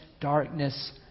darkness